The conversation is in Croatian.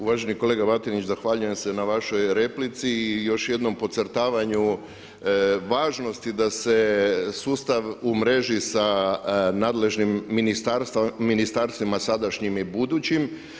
Uvaženi kolega Batinić zahvaljujem se na vašoj replici i još jednom podcrtavanju važnosti da se sustav umreži sa nadležnim ministarstvima sadašnjim i budućim.